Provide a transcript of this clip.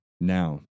now